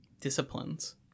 disciplines